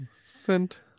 Sent